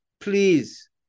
please